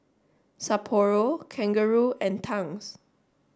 Sapporo Kangaroo and Tangs